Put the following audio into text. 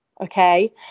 okay